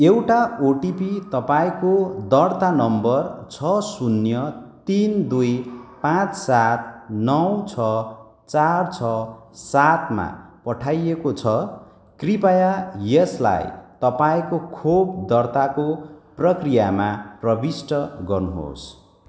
एउटा ओटिपी तपाईँँको दर्ता नम्बर छ शून्य तिन दुई पाँच सात नौ छ चार छ सातमा पठाइएको छ कृपया यसलाई तपाईँँको खोप दर्ताको प्रक्रियामा प्रविष्ट गर्नुहोस्